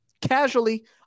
Casually